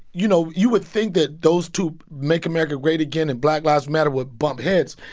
you know, you would think that those two make america great again and black lives matter would bump heads.